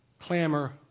clamor